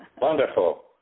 Wonderful